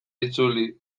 itzuli